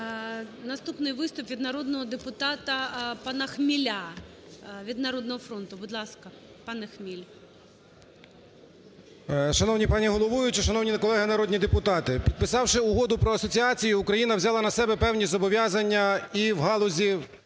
Наступний виступ від народного депутата пана Хміля від "Народного фронту". Будь ласка, пане Хміль. 13:27:36 ХМІЛЬ М.М. Шановна пані головуюча! Шановні колеги народні депутати! Підписавши Угоду про асоціацію, Україна взяла на себе певні зобов'язання і в галузі